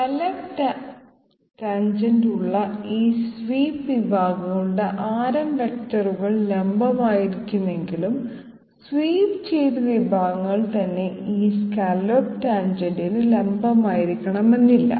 scallop tangent ഉള്ള ആ sweep വിഭാഗങ്ങളുടെ ആരം വെക്റ്ററുകൾ ലംബമായിരിക്കുമെങ്കിലും സ്വീപ്പ് ചെയ്ത വിഭാഗങ്ങൾ തന്നെ ഈ സ്കല്ലോപ്പ് ടാൻജെന്റിന് ലംബമായിരിക്കണമെന്നില്ല